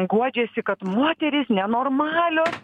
guodžiasi kad moterys nenormalios